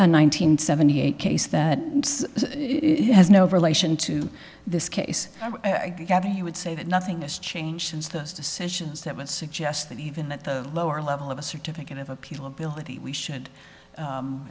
hundred seventy eight case that has no relation to this case i gather he would say that nothing has changed since those decisions that would suggest that even at the lower level of a certificate of appeal ability we should